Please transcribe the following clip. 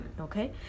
okay